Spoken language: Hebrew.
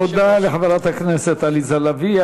תודה לחברת הכנסת עליזה לביא.